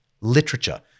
literature